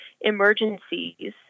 emergencies